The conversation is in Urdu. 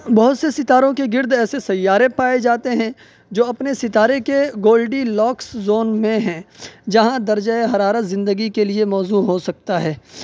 بہت سے ستاروں کے گرد ایسے سیارے پائے جاتے ہیں جو اپنے ستارے کے گولڈی لاکس زون میں ہیں جہاں درجہ حرارت زندگی کے لیے موزوں ہو سکتا ہے